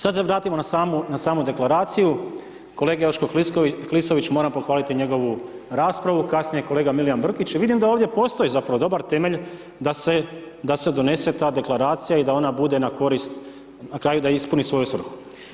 Sad se vratimo na samu, na samu deklaraciju kolega Joško Klisović moram pohvaliti njegovu raspravu, kasnije kolega Milijan Brkić i vidim da ovdje postoji zapravo dobar temelj da se donese ta deklaracija i da ona bude na korist na kraju da ispuni svoju svrhu.